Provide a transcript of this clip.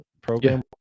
program